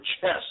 chest